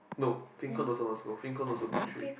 no fin con also must go fin con also big three